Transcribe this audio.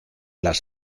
las